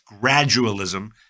gradualism